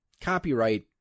copyright